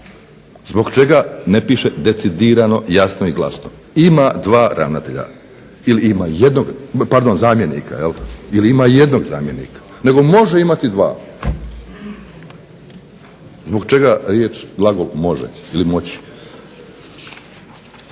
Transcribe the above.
zbog čega ne piše decidirano jasno i glasno ima dva zamjenika ili ima jednog zamjenika nego može imati dva. Zbog riječ glagol može ili moći.